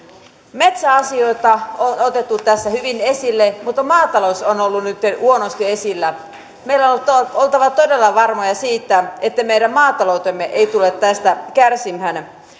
metsäasioita on otettu tässä hyvin esille mutta maatalous on ollut nytten huonosti esillä meidän on oltava todella varmoja siitä että meidän maataloutemme ei tule tästä kärsimään